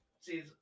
See